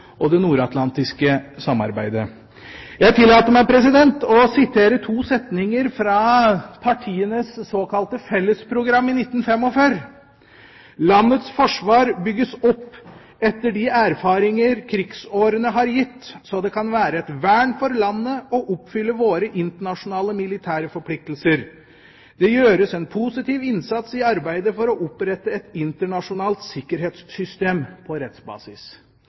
og det nordatlantiske samarbeidet? Jeg tillater meg å sitere to setninger fra partienes såkalte fellesprogram i 1945: «Landets forsvar bygges opp etter de erfaringer krigsårene har gitt, så det kan være et vern for landet og oppfylle våre internasjonale militære forpliktelser. Det gjøres en positiv innsats i arbeidet for å opprette et internasjonalt sikkerhetssystem på rettsbasis.»